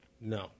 No